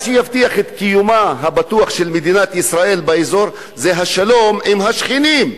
מה שיבטיח את קיומה הבטוח של מדינת ישראל באזור זה השלום עם השכנים.